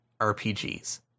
RPGs